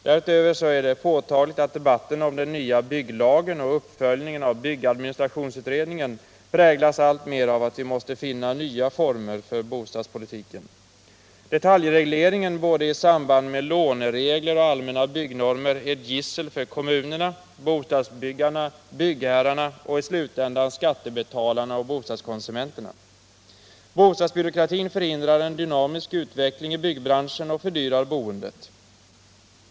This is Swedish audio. Därutöver är det påtagligt att debatten om den nya bygglagen och uppföljningen av byggadministrationsutredningen alltmer präglas av att vi måste finna nya former för bostadspolitiken. Detaljregleringen i samband med både låneregler och allmänna byggnormer är ett gissel för kommunerna, bostadsbyggarna, byggherrarna och i slutändan skattebetalarna och bostadskonsumenterna. Bostadsbyråkratin förhindrar en dynamisk utveckling i byggbranschen och fördyrar boendet.